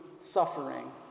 suffering